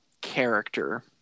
character